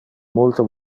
multe